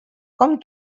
com